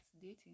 dating